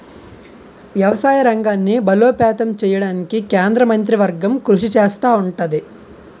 వ్యవసాయ రంగాన్ని బలోపేతం చేయడానికి కేంద్ర మంత్రివర్గం కృషి చేస్తా ఉంటది